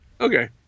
Okay